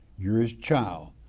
you're his child.